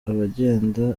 agenda